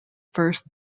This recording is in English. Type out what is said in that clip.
first